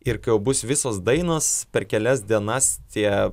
ir kai jau bus visos dainos per kelias dienas tie